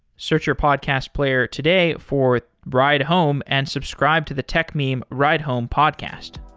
search your podcast player today for ride home and subscribe to the techmeme ride home podcast.